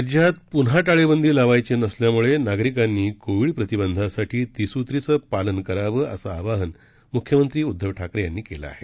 राज्यात पुन्हा टाळेबंदी लावायची नसल्यामुळे नागरिकांनी कोविड प्रतिबंधासाठी त्रिसुत्रीचं पालन करावं असं आवाहन मुख्यमंत्री उद्धव ठाकरे यांनी केलं आहे